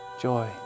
joy